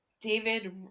david